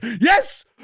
yes